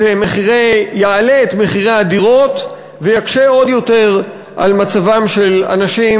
יעלה את מחירי הדירות ויקשה עוד יותר את מצבם של אנשים